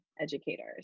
educators